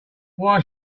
why